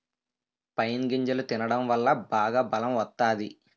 pine గింజలు తినడం వల్ల బాగా బలం వత్తాది